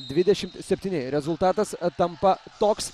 dvidešimt septyni rezultatas tampa toks